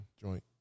joint